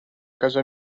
casa